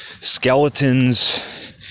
skeletons